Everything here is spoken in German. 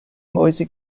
mäuse